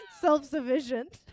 Self-sufficient